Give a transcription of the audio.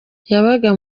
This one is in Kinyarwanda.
yabaga